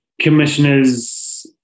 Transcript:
commissioners